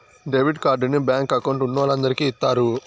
debit కార్డుని bank account ఉన్నోలందరికి ఇత్తారు